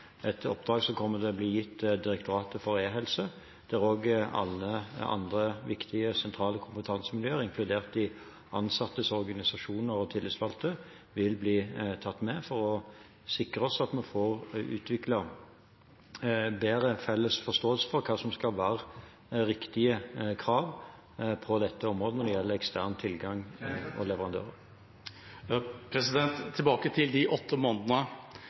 et oppdrag som kommer til å bli gitt Direktoratet for e-helse, der også alle andre viktige sentrale kompetansemiljøer, inkludert de ansattes organisasjoner og tillitsvalgte, vil bli tatt med for å sikre oss at vi får utviklet en bedre felles forståelse for hva som skal være riktige krav på dette området når det gjelder ekstern tilgang for leverandører. Tilbake til de åtte månedene.